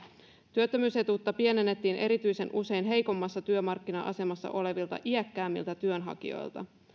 työttömyysetuutta pienennettiin erityisen usein heikommassa työmarkkina asemassa olevilta iäkkäämmiltä työnhakijoilta